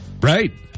Right